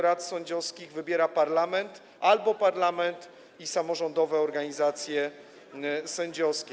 rad sędziowskich wybiera parlament albo parlament i samorządowe organizacje sędziowskie.